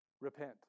Repent